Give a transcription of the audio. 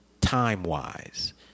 time-wise